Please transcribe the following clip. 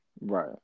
right